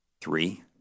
Three